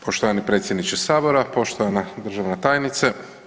Poštovani predsjedniče Sabora, poštovana državna tajnice.